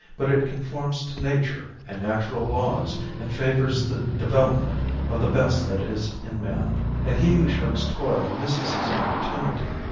but it conforms to nature and natural laws and favors the development of the best that is in man and he who shirks toil misses his opportunity.